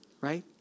Right